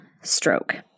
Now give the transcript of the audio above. stroke